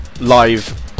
live